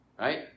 right